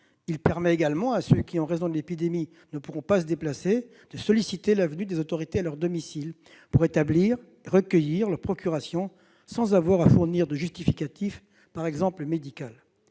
Il permet également à ceux qui, en raison de l'épidémie, ne pourront pas se déplacer, de solliciter la venue des autorités à leur domicile, pour établir et recueillir leur procuration sans avoir à fournir de justificatif, par exemple médical.